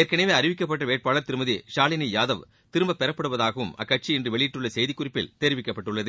ஏற்கனவே அறிவிக்கப்பட்ட வேட்பாளர் திருமதி ஷாலினி யாதவ் திரும்பப் பெறப்படுவதாகவும் அக்கட்சி இன்று வெளியிட்டுள்ள செய்திக் குறிப்பில் தெரிவிக்கப்பட்டுள்ளது